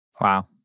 Wow